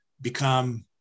become